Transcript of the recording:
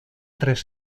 tres